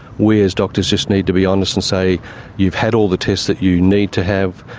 we as doctors just need to be honest and say you've had all the tests that you need to have,